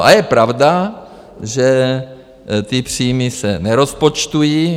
A je pravda, že ty příjmy se nerozpočtují.